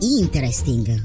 interesting